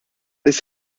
this